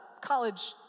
college